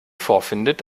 vorfindet